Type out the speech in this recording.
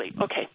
Okay